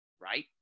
right